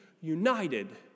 united